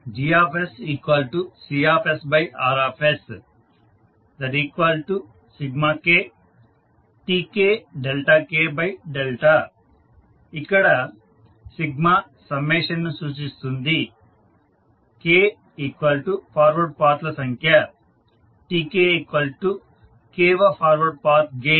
GCRkTkk ఇక్కడ summation ను సూచిస్తుంది k ఫార్వర్డ్ పాత్ ల సంఖ్య Tk k వ ఫార్వర్డ్ పాత్ గెయిన్